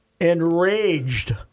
enraged